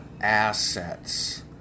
assets